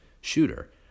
shooter